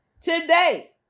today